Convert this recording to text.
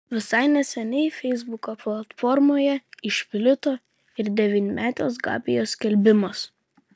visai neseniai feisbuko platformoje išplito ir devynmetės gabijos skelbimas